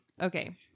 okay